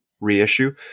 reissue